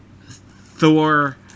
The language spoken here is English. Thor